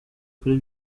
kuri